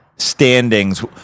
Standings